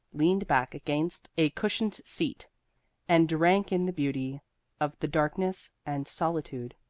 leaned back against a cushioned seat and drank in the beauty of the darkness and solitude.